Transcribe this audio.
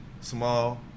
small